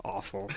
Awful